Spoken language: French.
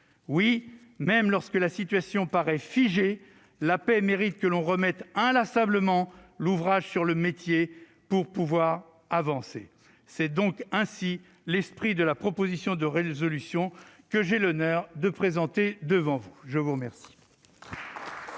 Oui, même lorsque la situation paraît figée, la paix mérite que l'on remette inlassablement l'ouvrage sur le métier, pour tenter d'avancer. C'est tout l'esprit de la proposition de résolution que j'ai l'honneur de vous présenter aujourd'hui.